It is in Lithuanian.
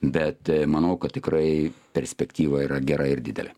bet manau kad tikrai perspektyva yra gera ir didelė